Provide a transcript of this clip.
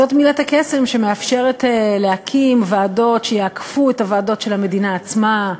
זאת מילת הקסם שמאפשרת להקים ועדות שיעקפו את הוועדות של המדינה עצמה,